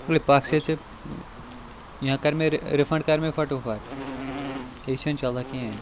A پَکھ سَہ ہے ژے یا کَر مےٚ رِفنٛڈ کَر مےٚ فَٹوفَٹ یے چھِنہٕ چلان کِہیٖنۍ